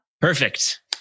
Perfect